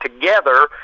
together